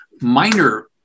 minor